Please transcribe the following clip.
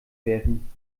werfen